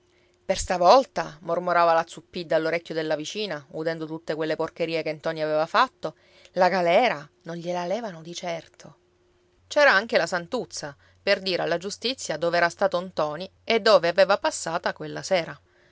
per stavolta mormorava la zuppidda all'orecchio della vicina udendo tutte quelle porcherie che ntoni aveva fatto la galera non gliela levano di certo c'era anche la santuzza per dire alla giustizia dove era stato ntoni e dove aveva passata quella sera